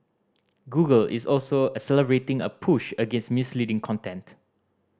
Google is also accelerating a push against misleading content